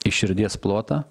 į širdies plotą